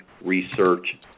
Research